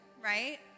right